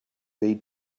they